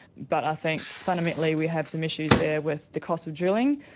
but i think fundamentally we have some issues there with the cost of drilling.